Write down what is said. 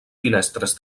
finestres